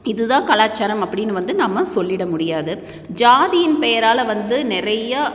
இது தான் கலாச்சாரம் அப்படின்னு வந்து நம்ம சொல்லிட முடியாது ஜாதியின் பெயரால் வந்து நிறையா